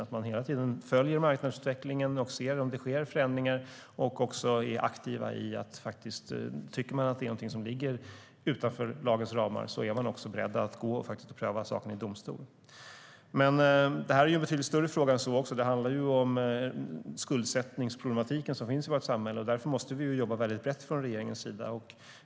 Man följer hela tiden marknadsutvecklingen och ser om det sker förändringar. Om man tycker att någonting ligger utanför lagens ramar är man också beredd att pröva saken i domstol. Men det här är en betydligt större fråga. Det handlar om den skuldsättningsproblematik som finns i vårt samhälle. Därför måste vi jobba väldigt brett från regeringens sida.